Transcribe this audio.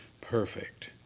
perfect